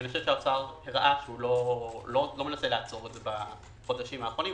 האוצר הראה שהוא לא מנסה לעצור את זה בחודשים האחרונים,